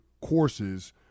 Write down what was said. courses